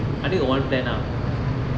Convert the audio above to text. I already got one plan ah